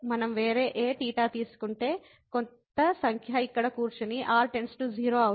మనం వేరే ఏ θ తీసుకుంటే కొంత సంఖ్య ఇక్కడ కూర్చుని r → 0 అవుతుంది